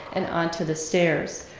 and onto the stairs.